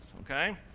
okay